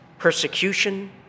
persecution